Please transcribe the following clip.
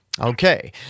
Okay